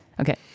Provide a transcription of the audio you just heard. Okay